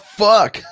fuck